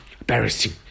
embarrassing